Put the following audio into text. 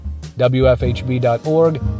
wfhb.org